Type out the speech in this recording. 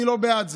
אני לא בעד זה,